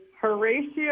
Horatio